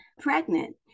pregnant